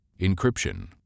Encryption